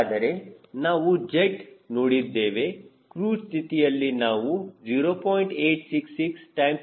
ಹಾಗಾದರೆ ನಾವು ಜೆಟ್ ನೋಡಿದ್ದೇವೆ ಕ್ರೂಜ್ ಸ್ಥಿತಿಯಲ್ಲಿ ನಾವು 0